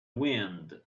wind